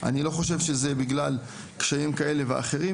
אני לא חושב שזה בגלל קשיים כאלה ואחרים,